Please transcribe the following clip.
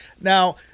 Now